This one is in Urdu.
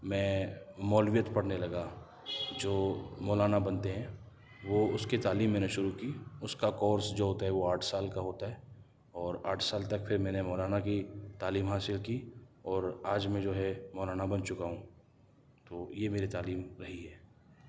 میں مولویت پڑھنے لگا جو مولانا بنتے ہیں وہ اس کی تعلیم میں نے شروع کی اس کا کورس جو ہوتا ہے وہ آٹھ سال کا ہوتا ہے اور آٹھ سال تک پھر میں نے مولانا کی تعلیم حاصل کی اور آج میں جو ہے مولانا بن چکا ہوں تو یہ میری تعلیم رہی ہے